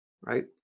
right